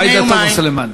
עאידה תומא סלימאן.